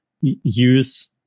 use